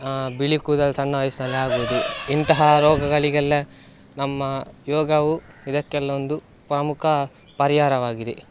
ಬಿಳಿ ಕೂದಲು ಸಣ್ಣ ವಯಸ್ಸಿನಲ್ಲಿ ಆಗ್ಬೋದು ಇಂತಹ ರೋಗಗಳಿಗೆಲ್ಲ ನಮ್ಮ ಯೋಗವು ಇದಕ್ಕೆಲ್ಲ ಒಂದು ಪ್ರಮುಖ ಪರಿಹಾರವಾಗಿದೆ